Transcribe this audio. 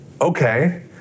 okay